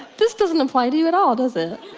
this doesn't apply to you at all does it?